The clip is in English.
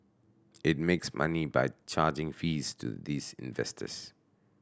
it makes money by charging fees to these investors